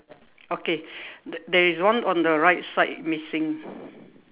okay t~ there is one on the right side missing